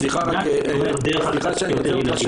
סליחה שאני עוצר אותך,